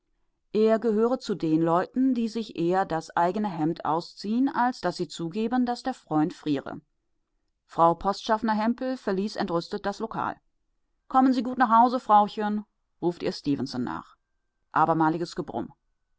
er gehöre zu den leuten die sich eher das eigene hemd ausziehen als daß sie zugeben daß der freund friere frau postschaffner hempel verließ entrüstet das lokal kommen sie gut nach hause frauchen ruft ihr stefenson nach abermaliges